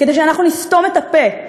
כדי שאנחנו נסתום את הפה,